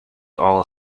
all